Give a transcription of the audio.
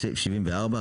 74,